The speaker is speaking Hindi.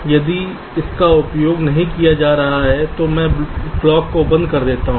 यदि इसका उपयोग नहीं किया जा रहा है तो मैं क्लॉक को बंद कर देता हूं